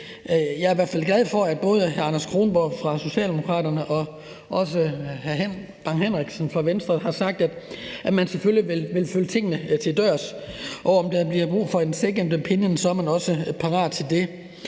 jeg i hvert fald er glad for, at både hr. Anders Kronborg fra Socialdemokraterne og også hr. Preben Bang Henriksen fra Venstre har sagt, at man selvfølgelig vil følge tingene til dørs. Og om der bliver brug for en second opinion, er man også parat til det.